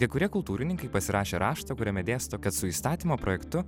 kai kurie kultūrininkai pasirašė raštą kuriame dėsto kad su įstatymo projektu